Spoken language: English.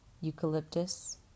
Eucalyptus